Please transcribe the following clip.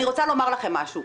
אני רוצה לומר לכם משהו,